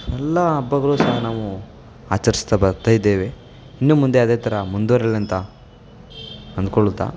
ಎಲ್ಲ ಹಬ್ಬಗಳೂ ಸಹ ನಾವು ಆಚರಿಸ್ತಾ ಬರ್ತಾ ಇದ್ದೇವೆ ಇನ್ನು ಮುಂದೆ ಅದೇ ಥರ ಮುಂದುವರೀಲಿ ಅಂತ ಅಂದುಕೊಳ್ಳುತ್ತಾ